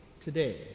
today